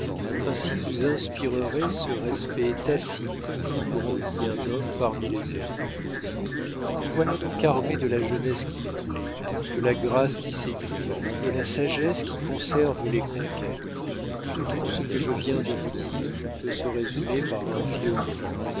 ainsi vous inspirerez ce respect tacite qui grandit un homme parmi les hommes vous voilà donc armé de la jeunesse qui plaît de la grâce qui séduit de la sagesse qui conserve les conquêtes tout ce que je viens de vous dire peut se résumer par un vieux mot